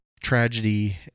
tragedy